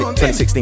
2016